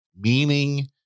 meaning